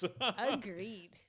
Agreed